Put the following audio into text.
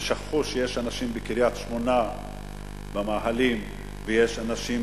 ושכחו שיש אנשים בקריית-שמונה במאהלים ויש אנשים